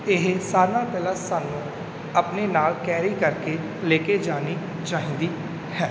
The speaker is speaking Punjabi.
ਇਹ ਸਾਰਿਆਂ ਨਾਲੋਂ ਪਹਿਲਾਂ ਸਾਨੂੰ ਆਪਣੇ ਨਾਲ ਕੈਰੀ ਕਰਕੇ ਲੈ ਕੇ ਜਾਣੀ ਚਾਹੀਦੀ ਹੈ